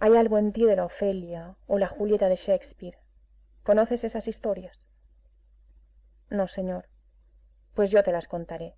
hay algo en ti de la ofelia o la julieta de shakspeare conoces esas historias no señor pues yo te las contaré